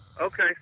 Okay